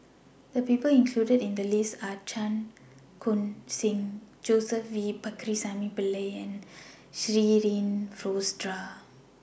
The People included in The list Are Chan Khun Sing Joseph V Pakirisamy Pillai and Shirin Fozdar